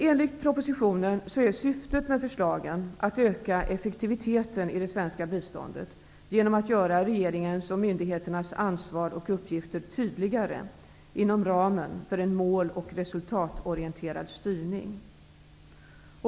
Enligt propositionen är syftet med förslagen att öka effektiviteten i det svenska biståndet genom att göra regeringens och myndigheternas ansvar och uppgifter tydligare inom ramen för en mål och resultatorienterad styrning.